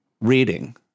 reading